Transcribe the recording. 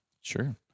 Sure